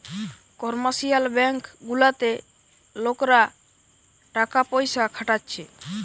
commercial bank গুলাতে লোকরা টাকা পয়সা খাটাচ্ছে